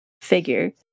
figure